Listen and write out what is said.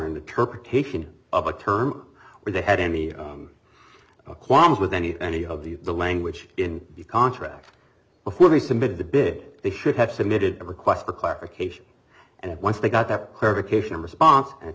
interpretation of a term where they had any acquired with any any of the the language in the contract before they submitted the bid they should have submitted a request for clarification and once they got that clarification a response and